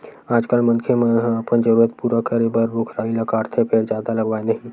आजकाल मनखे मन ह अपने जरूरत पूरा करे बर रूख राई ल काटथे फेर जादा लगावय नहि